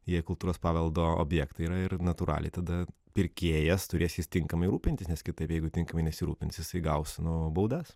jei kultūros paveldo objektai yra ir natūraliai tada pirkėjas turės jais tinkamai rūpintis nes kitaip jeigu tinkamai nesirūpins jisai gaus nu baudas